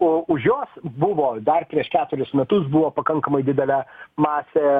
o už jos buvo dar prieš keturis metus buvo pakankamai didelė masė